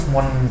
one